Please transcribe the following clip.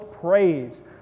praise